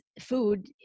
food